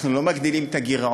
אנחנו לא מגדילים את הגירעון.